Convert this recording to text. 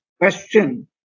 question